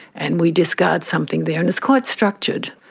and we discard something there. and it's quite structured.